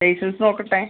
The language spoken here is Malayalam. ലൈസൻസ്സ് നോക്കട്ടെ